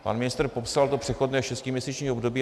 Pan ministr popsal to přechodné šestiměsíční období.